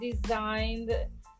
designed